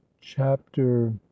chapter